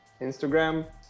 Instagram